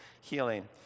healing